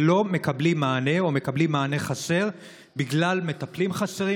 ולא מקבלים מענה או מקבלים מענה חסר בגלל מטפלים חסרים,